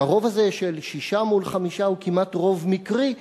והרוב הזה, של שישה מול חמישה, הוא כמעט רוב מקרי.